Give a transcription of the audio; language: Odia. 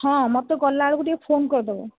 ହଁ ମୋତେ ଗଲା ବେଳକୁ ଟିକେ ଫୋନ୍ କରିଦେବ